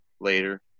later